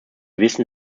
wissen